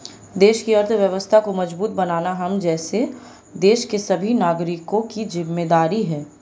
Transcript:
देश की अर्थव्यवस्था को मजबूत बनाना हम जैसे देश के सभी नागरिकों की जिम्मेदारी है